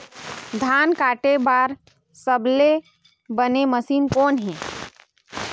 धान काटे बार सबले बने मशीन कोन हे?